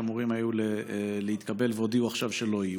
שאמורים היו להתקבל והודיעו עכשיו שלא יהיו,